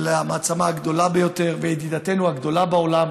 של המעצמה הגדולה ביותר וידידתנו הגדולה בעולם,